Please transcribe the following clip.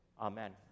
Amen